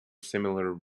similar